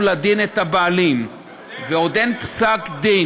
לדין את הבעלים שלו ועוד אין פסק-דין.